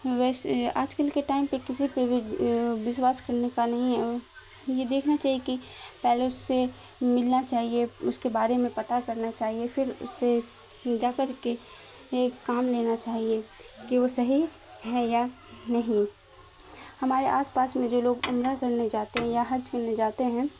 ویسے آج کل کے ٹائم پہ کسی پہ بھی وشواس کرنے کا نہیں ہے یہ دیکھنا چاہیے کہ پہلے اس سے ملنا چاہیے اس کے بارے میں پتہ کرنا چاہیے پھر اس سے جا کر کے کام لینا چاہیے کہ وہ صحیح ہے یا نہیں ہمارے آس پاس میں جو لوگ عمرہ کرنے جاتے ہیں یا حج کرنے جاتے ہیں